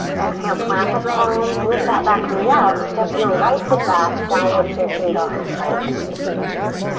exhale, plant the palms, lift that back knee up, step your right foot back, downward facing dog. sorry, benji, scared him.